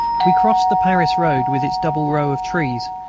we crossed the paris road, with its double row of trees,